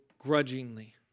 grudgingly